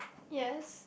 yes